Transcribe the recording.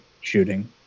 shooting